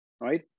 right